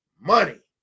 money